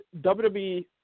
WWE